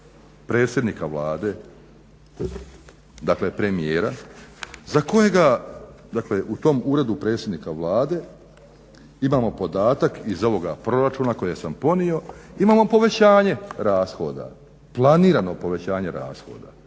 predsjednika Vlade, dakle premijera za kojega dakle u tom Uredu predsjednika Vlade imamo podatak iz ovoga proračuna koje sam poveo imamo povećanje rashoda, planirano povećanje rashoda.